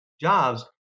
jobs